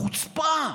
החוצפה.